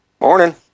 Morning